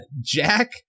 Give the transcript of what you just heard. Jack